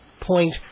point